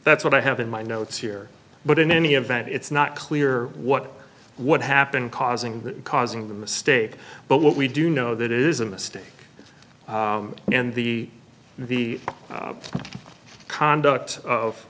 that's what i have in my notes here but in any event it's not clear what what happened causing the causing the mistake but what we do know that is a mistake and the the conduct of